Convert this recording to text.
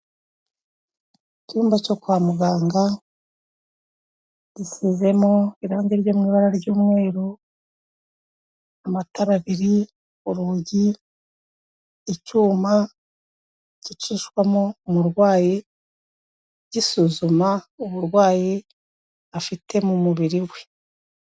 Icyumba cyo kwa muganga gisizemo irangi ryo mu ibara ry'umweru, amatara abiri, urugi, icyuma gicishwamo umurwayi gisuzuma uburwayi afite mu mubiri we.